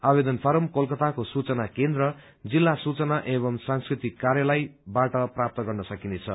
आवेदन फारम कोलकताको सूचना केन्द्र जिल्ला सूचना एवं संस्कृति कार्यालयबाट प्राप्त गर्न सकिनेछ